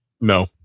No